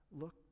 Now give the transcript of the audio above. Look